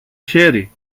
χέρι